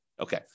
Okay